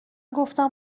گفتم